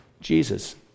Jesus